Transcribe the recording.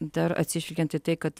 dar atsižvelgiant į tai kad